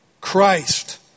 Christ